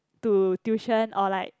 to tuition or like